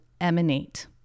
emanate